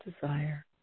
desire